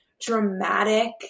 dramatic